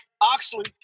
Oxley